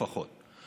לפחות,